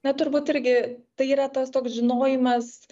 na turbūt irgi tai yra tas toks žinojimas